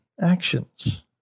actions